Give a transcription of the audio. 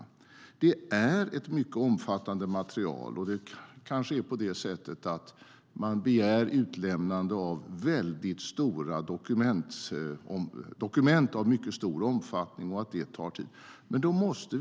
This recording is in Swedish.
Det är ett mycket omfattande material. Ibland begärs utlämnande av dokument av mycket stor omfattning, och det tar då tid att få fram dessa dokument.